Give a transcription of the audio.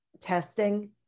testing